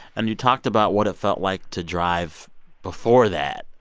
and you talked about what it felt like to drive before that.